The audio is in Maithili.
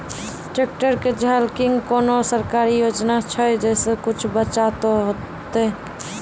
ट्रैक्टर के झाल किंग कोनो सरकारी योजना छ जैसा कुछ बचा तो है ते?